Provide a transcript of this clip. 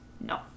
No